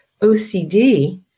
OCD